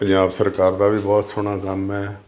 ਪੰਜਾਬ ਸਰਕਾਰ ਦਾ ਵੀ ਬਹੁਤ ਸੋਹਣਾ ਕੰਮ ਹੈ